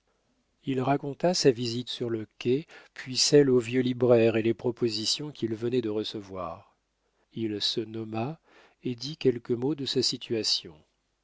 il raconta sa visite sur le quai puis celle au vieux libraire et les propositions qu'il venait de recevoir il se nomma et dit quelques mots de sa situation